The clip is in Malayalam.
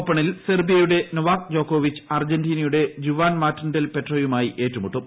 ഓപ്പണിൽ സെർബിയയുടെ നൊവാക് ജോക്കോവിച് അർജന്റീനയുടെ ജുവാൻ മാർട്ടിൻ ഡെൽ പെട്രോയുമായി ഏറ്റു മുട്ടും